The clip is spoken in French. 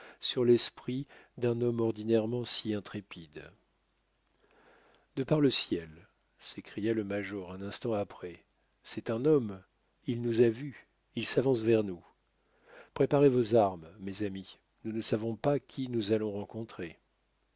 sur l'esprit d'un homme ordinairement si intrépide de par le ciel s'écria le major un instant après c'est un homme il nous a vus il s'avance vers nous préparez vos armes mes amis nous ne savons pas qui nous allons rencontrer